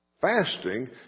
Fasting